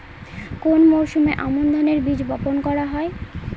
কোন মরশুমে আমন ধানের বীজ বপন করা হয়?